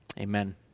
Amen